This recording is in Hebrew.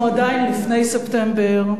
אנחנו עדיין לפני ספטמבר,